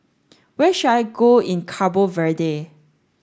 where should I go in Cabo Verde